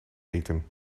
eten